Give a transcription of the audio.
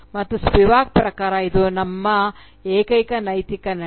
ಮತ್ತು ಸ್ಪಿವಾಕ್ ಪ್ರಕಾರ ಇದು ನಮ್ಮ ಏಕೈಕ ನೈತಿಕ ನಡೆ